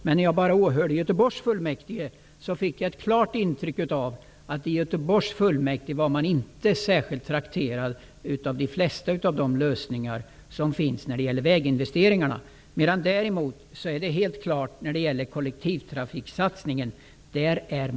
Men när jag åhörde mötet i Göteborgs fullmäktige fick jag intrycket att man inte var särskilt trakterad av de lösningar som föreslogs när det gäller väginvesteringarna. Däremot är det helt klart att man är överens när det gäller kollektivtrafiksatsningen.